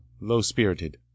low-spirited